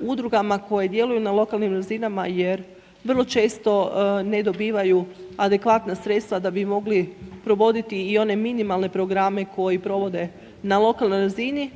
udrugama koje djeluju na lokalnim razinama jer vrlo često ne dobivaju adekvatna sredstva da bi mogli provoditi i one minimalne programe koji provode na lokalnoj razini